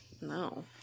no